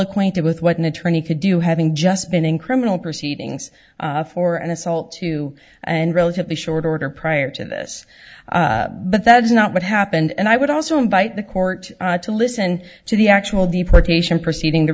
acquainted with what an attorney could do having just been in criminal proceedings for an assault two and relatively short order prior to this but that is not what happened and i would also invite the court to listen to the actual deportation proceeding the